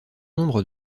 nombre